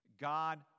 God